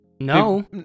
No